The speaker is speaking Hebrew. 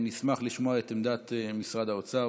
נשמח לשמוע את עמדת משרד האוצר.